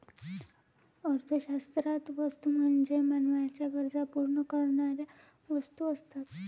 अर्थशास्त्रात वस्तू म्हणजे मानवाच्या गरजा पूर्ण करणाऱ्या वस्तू असतात